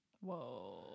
Whoa